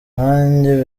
nkanjye